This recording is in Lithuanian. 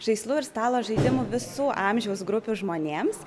žaislų ir stalo žaidimų visų amžiaus grupių žmonėms